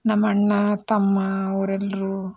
ನಮ್ಮ ಅಣ್ಣ ತಮ್ಮ ಅವರೆಲ್ಲರೂ